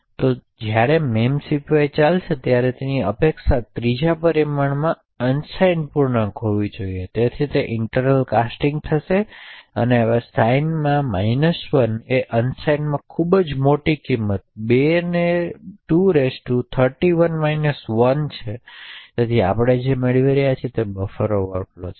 હવે જ્યારે memcpy ચાલશે તેની અપેક્ષા ત્રીજા પરિમાણમાં અનસાઇન પૂર્ણાંકો હોવો જોઇયે તેથી ત્યાં ઇન્ટરનલ કાસ્ટિંગ થશે હવે સાઇન પૂર્ણાંકમાં 1 અનસાઇન એ આ ખૂબ મોટી કિંમત 2 પાવર 31 1 છે અને તેથી આપણે જે મેળવી રહ્યા છીએ તે બફર ઓવરફ્લો છે